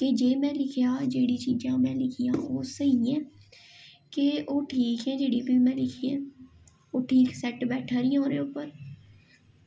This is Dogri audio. ते जे में लिखेआ जेह्ड़ी चीज़ां में लिखियां ओह् स्हेई ऐ कि ओह् ठीक ऐ जेह्ड़ी बी में लिखी ऐ ओह् ठीक सैट बैठा दी ओह्दे उप्पर